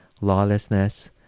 lawlessness